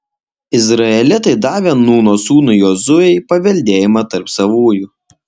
izraelitai davė nūno sūnui jozuei paveldėjimą tarp savųjų